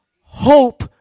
hope